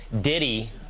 Diddy